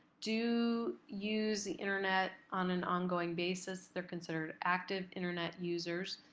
do use the internet on an ongoing basis. they're considered active internet users.